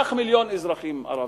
קח 1,000,000 אזרחים ערבים,